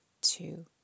two